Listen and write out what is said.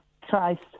Christ